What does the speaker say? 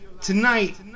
Tonight